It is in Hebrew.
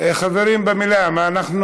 חברים במליאה, מה אנחנו